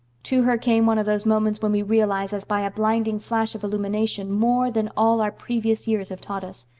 to her came one of those moments when we realize, as by a blinding flash of illumination, more than all our previous years have taught us.